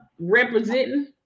representing